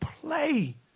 play